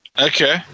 Okay